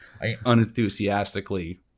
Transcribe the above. unenthusiastically